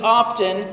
often